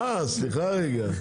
אה, סליחה רגע.